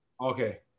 okay